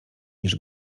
niż